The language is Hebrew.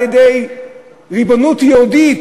על-ידי ריבונות יהודית,